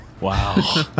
Wow